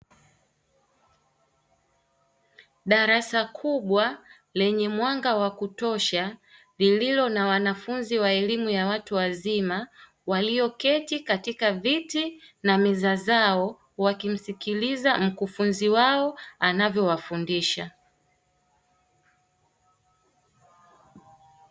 Darasa kubwa lenye mwanga wa kutosha lililo na wanafunzi wa elimu ya watu wazima. Walioketi katika viti na meza zao wakimsikiliza mkufunzi wao anavyowafundisha.